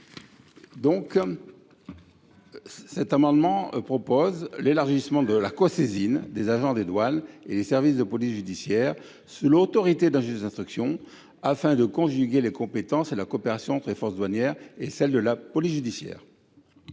Par cet amendement, nous proposons l’élargissement de la cosaisine des agents des douanes et des services de police judiciaire sous l’autorité d’un juge d’instruction, afin de conjuguer les compétences et la coopération entre les forces douanières et celles de la police judiciaire.